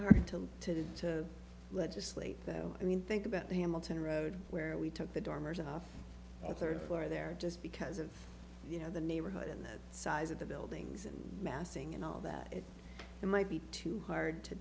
hard to to to legislate though i mean think about the hamilton road where we took the dormers off a third floor there just because of you know the neighborhood and the size of the buildings and massing and all that it might be too hard to